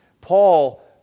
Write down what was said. Paul